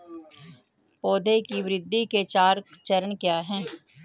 पौधे की वृद्धि के चार चरण क्या हैं?